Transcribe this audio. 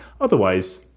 otherwise